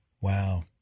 Wow